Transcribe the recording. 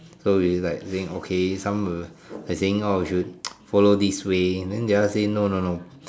so it's like saying okay some like saying like should follow this way then the others say no no no